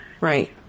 Right